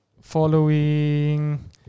following